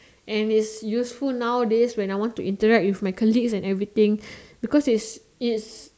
and is useful nowadays when I want to interact with my colleagues and everything because is is